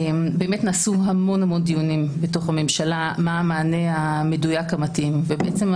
נעשים המון דיונים בתוך הממשלה לגבי המענה המדויק המתאים ואנחנו